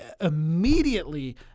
immediately